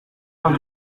vingt